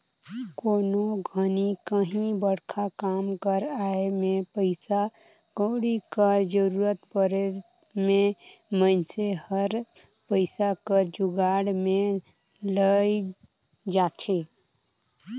कोनो घनी काहीं बड़खा काम कर आए में पइसा कउड़ी कर जरूरत परे में मइनसे हर पइसा कर जुगाड़ में लइग जाथे